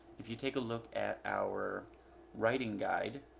if you take a look at our writing guide